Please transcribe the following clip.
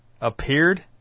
Appeared